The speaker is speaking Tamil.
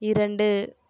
இரண்டு